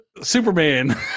superman